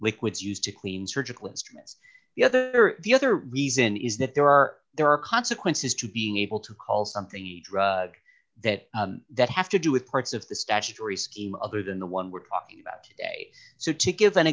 liquids used to clean surgical instruments the other the other reason is that there are there are consequences to being able to call something that that have to do with parts of the statutory scheme other than the one we're talking about today so to give an